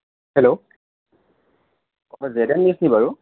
hello অঁ জেদ এন নিউজ নি বাৰু